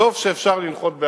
טוב שאפשר לנחות בעמאן.